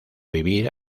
vivir